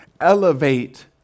elevate